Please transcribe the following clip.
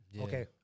Okay